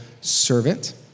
servant